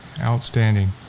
outstanding